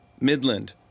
Midland